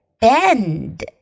bend